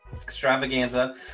Extravaganza